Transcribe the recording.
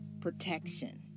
protection